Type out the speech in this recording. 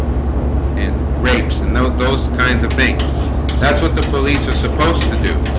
and rapes and those those kinds of things that's what the police are supposed to do